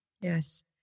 Yes